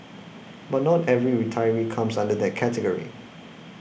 but not every retiree re comes under that category